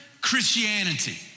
Christianity